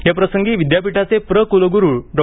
या प्रसंगी विद्यापीठाचे प्र कुलगुरू डॉ